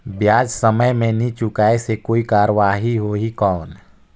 ब्याज समय मे नी चुकाय से कोई कार्रवाही होही कौन?